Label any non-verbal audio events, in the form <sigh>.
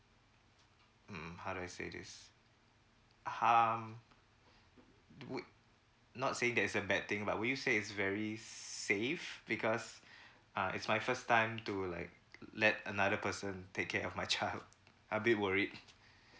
mm how do I say this um would not saying that is a bad thing but would you say is very safe because <breath> uh it's my first time to like let another person take care of my child a bit worried